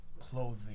clothing